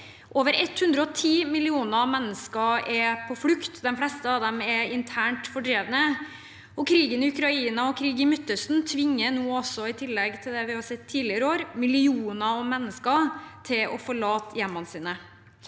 Over 110 millioner mennesker er på flukt. De fleste av dem er internt fordrevne. Krigen i Ukraina og krig i Midtøsten tvinger nå, i tillegg til det vi har sett tidligere i år, millioner av mennesker til å forlate hjemmet sitt.